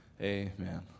Amen